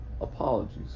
apologies